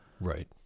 Right